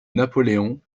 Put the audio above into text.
napoléon